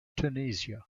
tunisia